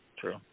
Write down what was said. True